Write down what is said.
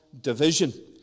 division